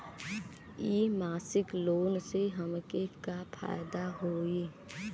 इ मासिक लोन से हमके का फायदा होई?